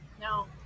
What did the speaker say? No